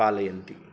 पालयन्ति